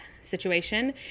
situation